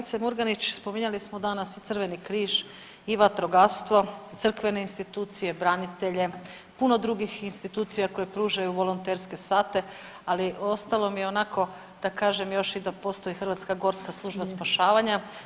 Kolegice Murganić spominjali smo danas i Crveni križ i vatrogastvo, crkvene institucije, branitelje, puno drugih institucija koje pružaju volonterske sate, ali ostalo mi je onako i da kažem još da postoji Hrvatska gorska služba spašavanja.